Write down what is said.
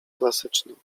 klasyczną